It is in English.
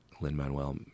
Lin-Manuel